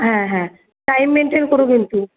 হ্যাঁ হ্যাঁ time maintain কোরো কিন্তু